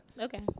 Okay